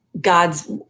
God's